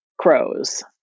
crows